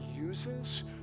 uses